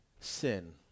sin